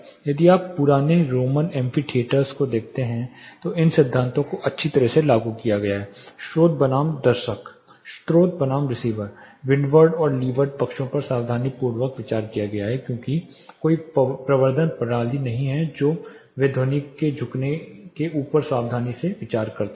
यदि आप पुराने रोमन एम्फ़िथिएटर्स को देखते हैं तो इन सिद्धांतों को अच्छी तरह से लागू किया गया था स्रोत बनाम दर्शक स्रोत बनाम रिसीवर विंडवर्ड और लीवार्ड पक्षों पर सावधानीपूर्वक विचार किया गया क्योंकि कोई प्रवर्धन प्रणाली नहीं थी जो वे ध्वनि के झुकने के ऊपर सावधानी से विचार करते थे